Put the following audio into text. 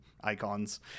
icons